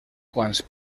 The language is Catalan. quants